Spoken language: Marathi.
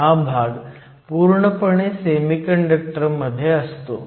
हा भाग पूर्णपणे सेमीकंडक्टर मध्ये असतो